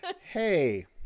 hey